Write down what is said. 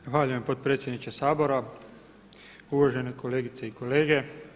Zahvaljujem potpredsjedniče Sabora, uvažene kolegice i kolege.